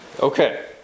Okay